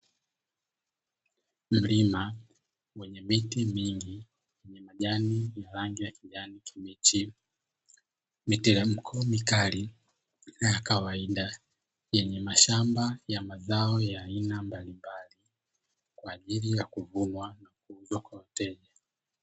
Mlima wenye miti mingi yenye majani ya rangi ya kijani kibichi, miteremko mikali na ya kawaida yenye mashamba ya mazao ya aina mbalimbali kwa ajili ya kuvunwa na kuuzwa kwa wateja.